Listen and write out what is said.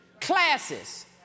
classes